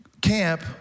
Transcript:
camp